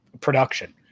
production